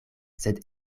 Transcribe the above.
sed